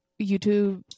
YouTube